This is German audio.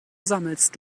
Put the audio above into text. sammelst